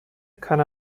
kann